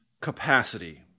capacity